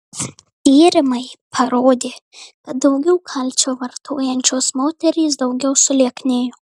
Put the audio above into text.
tyrimai parodė kad daugiau kalcio vartojančios moterys daugiau sulieknėjo